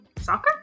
Soccer